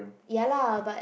ya lah but